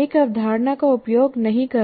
एक अवधारणा का उपयोग नहीं कर रहे हैं